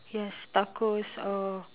yes tacos or